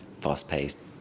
fast-paced